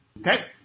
Okay